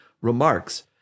remarks